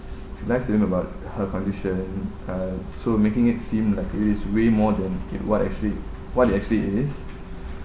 she lies to him about her condition uh so making it seem like it is way more than it what actually what it actually is